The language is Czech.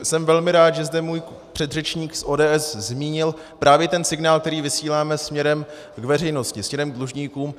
Jsem velmi rád, že zde můj předřečník z ODS zmínil právě ten signál, který vysíláme směrem k veřejnosti, směrem k dlužníkům.